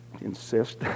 insist